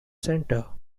centre